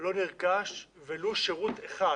לא נרכש ולו שירות אחד